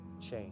change